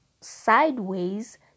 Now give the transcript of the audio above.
sideways